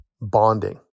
bonding